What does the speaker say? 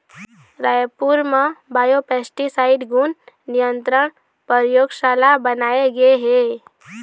रायपुर म बायोपेस्टिसाइड गुन नियंत्रन परयोगसाला बनाए गे हे